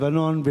בלבנון,